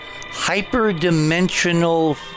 hyperdimensional